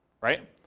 right